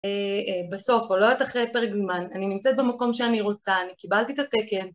בסוף או לא אחרי פרק זמן, אני נמצאת במקום שאני רוצה, אני קיבלתי את התקן.